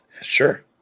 sure